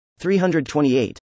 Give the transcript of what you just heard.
328